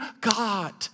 God